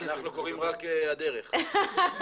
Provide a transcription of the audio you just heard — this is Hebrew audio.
קוראים רק 'הדרך'.